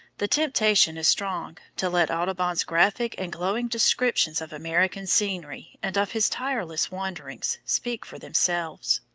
the temptation is strong to let audubon's graphic and glowing descriptions of american scenery, and of his tireless wanderings, speak for themselves.